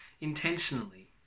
intentionally